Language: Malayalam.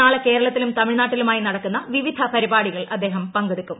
നാളെ കേരളത്തിലും തമിഴ്നാട്ടിലുമായി നടക്കുന്ന വിവിധ പരിപാടികളിൽ അദ്ദേഹം പങ്കെടുക്കും